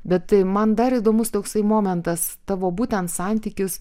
bet man dar įdomus toksai momentas tavo būtent santykis